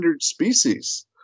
species